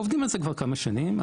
עובדים על זה כבר כמה שנים.